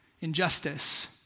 injustice